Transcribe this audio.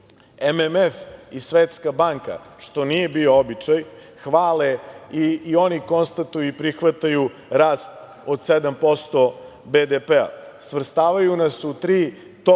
fond i Svetska banka, što nije bio običaj, hvale i oni konstatuju i prihvataju rast od 7% BDP. Svrstavaju nas u tri top